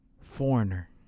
foreigner